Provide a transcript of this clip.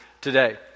today